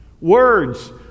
Words